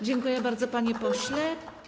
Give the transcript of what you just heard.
Dziękuję bardzo, panie pośle.